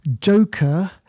Joker